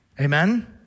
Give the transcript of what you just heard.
Amen